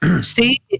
See